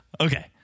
Okay